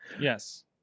Yes